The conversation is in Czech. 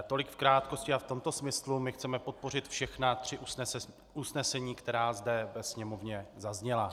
Tolik v krátkosti a v tomto smyslu chceme podpořit všechna tři usnesení, která zde ve Sněmovně zazněla.